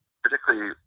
particularly